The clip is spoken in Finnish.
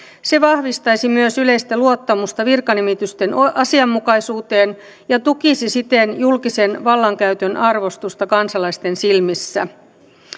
se vahvistaisi myös yleistä luottamusta virkanimitysten asianmukaisuuteen ja tukisi siten julkisen vallankäytön arvostusta kansalaisten silmissä